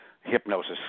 hypnosis